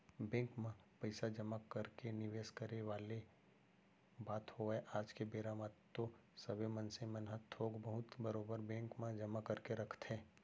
bank म पइसा जमा करके निवेस करे वाले बात होवय आज के बेरा म तो सबे मनसे मन ह थोक बहुत बरोबर बेंक म जमा करके रखथे